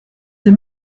des